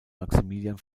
maximilian